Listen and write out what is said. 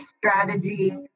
strategy